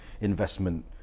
investment